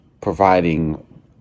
providing